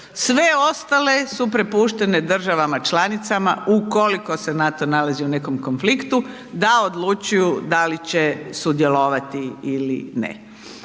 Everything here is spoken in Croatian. Sve ostale su prepuštene državama članicama u koliko se NATO nalazi u nekom konfliktu, da odlučuju da li će sudjelovati ili ne.